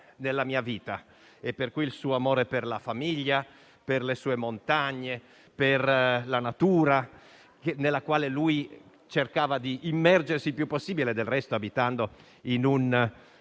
nella mia vita». Di qui il suo amore per la famiglia, per le sue montagne e per la natura, nella quale cercava di immergersi più possibile; del resto, abitando in un